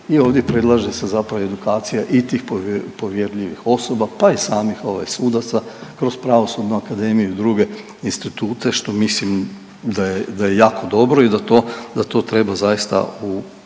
i ovdje predlaže se zapravo edukacija i tih povjerljivih osoba pa i samih ovaj sudac kroz Pravosudnu akademiju i druge institute što mislim da je, da je jako dobro i da to treba zaista u